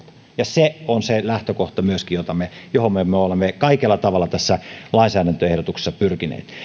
ja se on se lähtökohta johon me me olemme kaikella tavalla tässä lainsäädäntöehdotuksessa pyrkineet